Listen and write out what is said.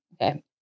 Okay